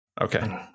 Okay